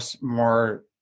more